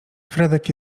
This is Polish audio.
fredek